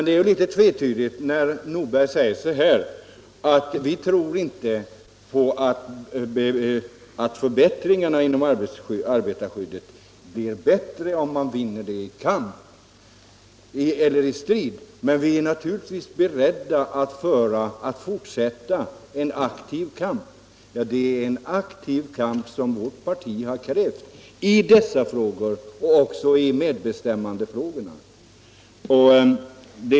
Det är litet tvetydigt när herr Nordberg säger: Vi tror inte på alt förbättringarna inom arbetarskyddet blir bättre om man vinner dem i strid, men vi är naturligtvis beredda att fortsätta en aktiv kamp. Det är en aktiv kamp vårt parti krävt i dessa frågor och även i medbestämmandefrågorna.